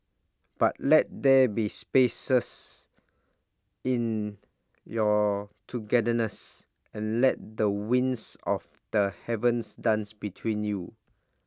but let there be spaces in your togetherness and let the winds of the heavens dance between you